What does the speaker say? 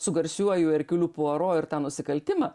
su garsiuoju erkeliu puaro ir tą nusikaltimą